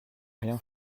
rien